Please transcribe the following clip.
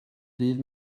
ddydd